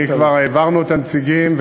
כבר העברנו את הנציגים,